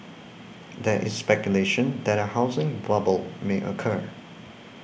there is speculation that a housing bubble may occur